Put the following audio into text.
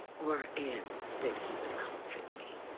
or. and that he would comfort me.